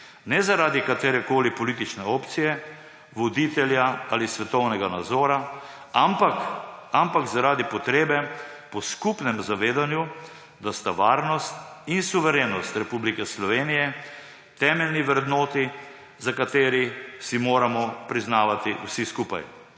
ne zaradi katerekoli politične opcije, voditelja ali svetovnega nazora, ampak zaradi potrebe po skupnem zavedanju, da sta varnost in suverenost Republike Slovenije temeljni vrednoti, za kateri si moramo prizadevati vsi skupaj.